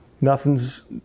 nothing's